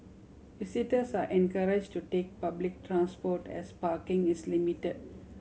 visitors are encourage to take public transport as parking is limit